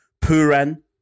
Puran